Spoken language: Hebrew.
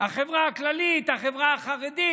החברה הכללית, החברה החרדית.